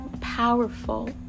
powerful